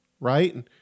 right